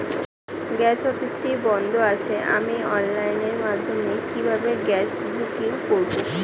Gas অফিসটি বন্ধ আছে আমি অনলাইনের মাধ্যমে কিভাবে গ্যাস বুকিং করব?